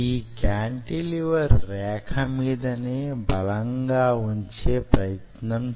ఈ క్యాంటిలివర్ రేఖ మీదనే బలంగా వంచే ప్రయత్నం చేస్తున్నాను